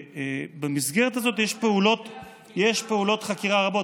במסגרת הזאת יש פעולות חקירה רבות.